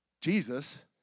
Jesus